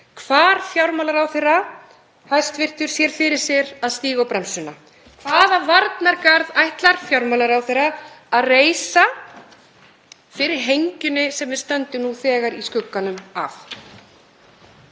fjármálaráðherra sjái fyrir sér að stíga á bremsuna. Hvaða varnargarð ætlar fjármálaráðherra að reisa fyrir hengjunni sem við stöndum nú þegar í skugganum af?